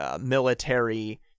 military